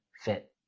fit